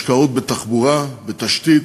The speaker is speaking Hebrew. השקעות בתחבורה, בתשתית,